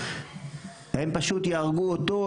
הם פשוט יהרגו אותו,